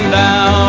down